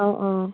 অঁ অঁ